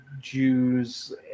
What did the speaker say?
jews